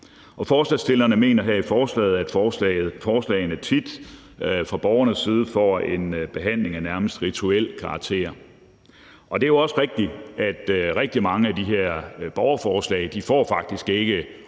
Forslagsstillerne mener her i forslaget, at forslagene set fra borgernes side tit får en behandling af nærmest rituel karakter. Det er jo også rigtigt, at rigtig mange af de her borgerforslag faktisk ikke får